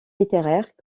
littéraire